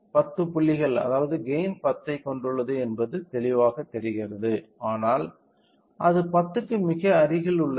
10 புள்ளிகள் அதாவது கெய்ன் 10 ஐ கொண்டுள்ளது என்பது தெளிவாகத் தெரிகிறது ஆனால் அது 10 க்கு மிக அருகில் உள்ளது